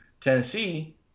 Tennessee